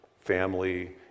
family